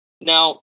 now